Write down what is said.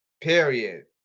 Period